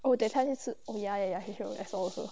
oh that time 一次 oh ya ya ya he show I saw also